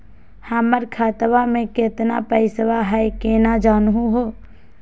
हमर खतवा मे केतना पैसवा हई, केना जानहु हो?